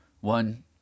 One